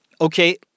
okay